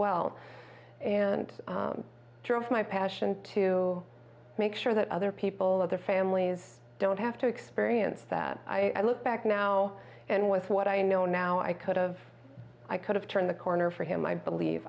well and drove my passion to make sure that other people and their families don't have to experience that i look back now and with what i know now i could have i could have turned the corner for him i believe